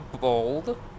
bold